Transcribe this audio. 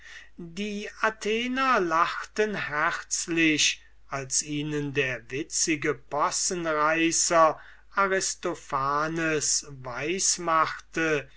die athenienser lachten herzlich als ihnen der witzige possenreißer aristophanes